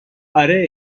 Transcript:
آره